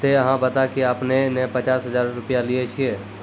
ते अहाँ बता की आपने ने पचास हजार रु लिए छिए?